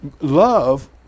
love